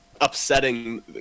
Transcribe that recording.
upsetting